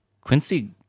Quincy